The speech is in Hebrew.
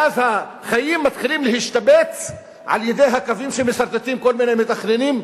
ואז החיים מתחילים להשתבץ על-ידי הקווים שמסרטטים כל מיני מתכננים,